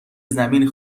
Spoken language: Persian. زمین